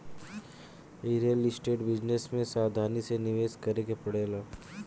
real estate business में सावधानी से निवेश करे के पड़ेला